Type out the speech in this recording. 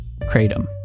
Kratom